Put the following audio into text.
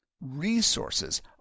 Resources